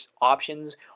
options